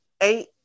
Eight